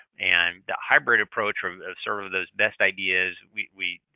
and they hybrid approach of sort of those best ideas, we we